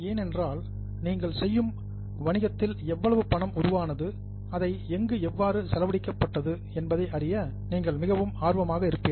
ஏனென்றால் நீங்கள் செய்யும் வணிகத்தில் எவ்வளவு பணம் உருவானது அதை எங்கு எவ்வாறு செலவழிக்கப்பட்டது என்பதை அறிய நீங்கள் மிகவும் ஆர்வமாக இருப்பீர்கள்